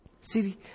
See